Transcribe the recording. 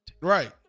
Right